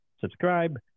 subscribe